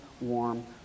warm